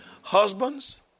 Husbands